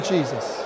Jesus